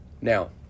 Now